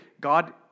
God